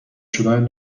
شدن